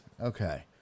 Okay